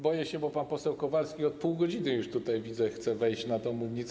Boję się, bo pan poseł Kowalski od pół godziny już tutaj, jak widzę, chce wejść na tę mównicę.